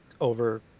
over